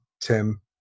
Tim